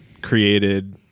created